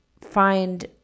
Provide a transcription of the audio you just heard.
find